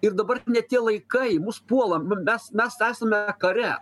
ir dabar ne tie laikai mus puola mes mes esame kare